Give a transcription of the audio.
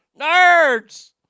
Nerds